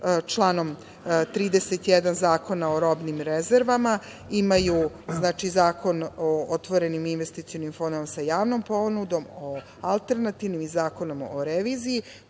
članom 31. Zakona o robnim rezervama, Zakona o otvorenim investicionim fondovima sa javnom ponudom, o alternativnim i Zakona o reviziji